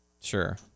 sure